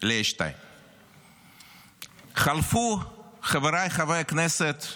ל- .A2חלפו, חבריי חברי הכנסת,